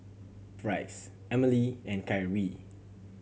Price Emilee and Kyree